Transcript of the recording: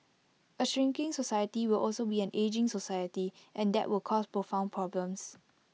A shrinking society will also be an ageing society and that will cause profound problems